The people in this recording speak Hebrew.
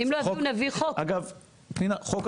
אם לא יביאו נביא חוק.